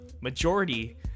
majority